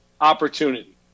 opportunity